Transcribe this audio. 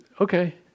okay